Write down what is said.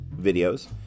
videos